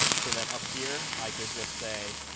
so that up here, i could just say,